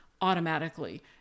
automatically